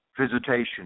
visitation